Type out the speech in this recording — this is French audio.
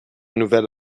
nouvel